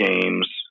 games